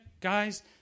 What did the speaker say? guys